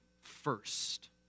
first